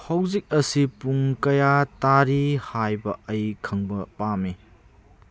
ꯍꯧꯖꯤꯛ ꯑꯁꯤ ꯄꯨꯡ ꯀꯌꯥ ꯇꯥꯔꯤ ꯍꯥꯏꯕ ꯑꯩ ꯈꯪꯕ ꯄꯥꯝꯃꯤ